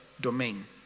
domain